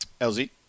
lz